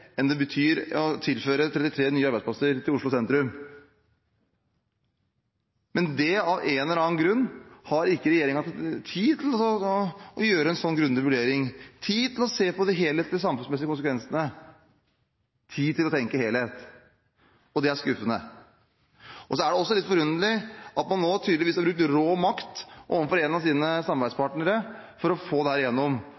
enn det betyr å tilføre 33 nye arbeidsplasser til Oslo sentrum. Av en eller annen grunn har ikke regjeringen tid til å gjøre en sånn grundig vurdering, ikke tid til å se på de helhetlige samfunnsmessige konsekvensene, ikke tid til å tenke helhet. Det er skuffende. Det er litt forunderlig at man nå tydeligvis har brukt rå makt overfor en av sine